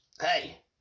Hey